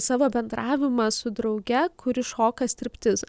savo bendravimą su drauge kuri šoka striptizą